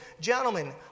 Gentlemen